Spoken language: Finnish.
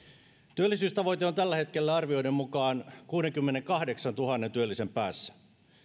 työllisyystavoite on tällä hetkellä arvioiden mukaan kuudenkymmenenkahdeksantuhannen työllisen päässä